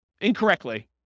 incorrectly